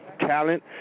talent